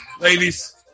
ladies